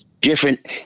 different